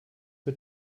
mit